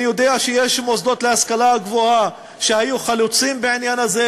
אני יודע שיש מוסדות להשכלה גבוהה שהיו חלוצים בעניין הזה,